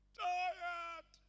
tired